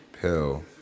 pill